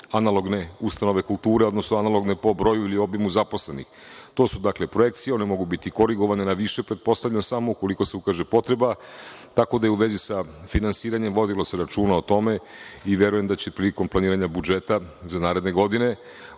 analogne ustanove kulture, odnosno analogne po broju ili obimu zaposlenih. To su, dakle, projekcije i one mogu biti korigovane na više, pretpostavljam, samo ukoliko se ukaže potreba, tako da u vezi finansiranja, vodilo se računa o tome i verujem da će prilikom planiranja budžeta za naredne godine,